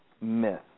myth